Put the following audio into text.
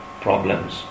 problems